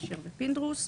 אשר ופינדרוס.